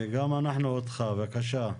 וגם אנחנו אותך, בבקשה.